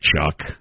Chuck